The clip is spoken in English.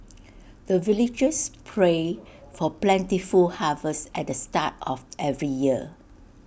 the villagers pray for plentiful harvest at the start of every year